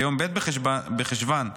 ביום ב' בחשוון תשפ"ה,